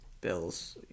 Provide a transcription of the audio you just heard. Bills